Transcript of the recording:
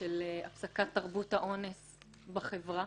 של הפסקת תרבות האונס בחברה.